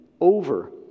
over